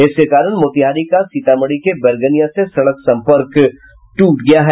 इसके कारण मोतिहारी का सीतामढ़ी के बैरगनिया से सड़क संपर्क टूट गया है